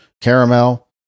caramel